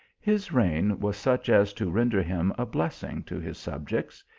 his reign was such as to render him a blessing to his subjects.